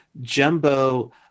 Jumbo